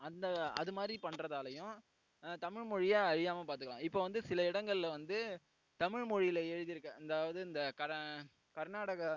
அந்த அது மாதிரி பண்ணுறதாலயும் தமிழ் மொழியை அழியாமல் பார்த்துக்கலாம் இப்ப வந்து சில இடங்களில் வந்து தமிழ் மொழியில் எழுதியிருக்க அதாவது அந்த கர்நாடகா